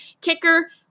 Kicker